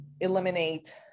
eliminate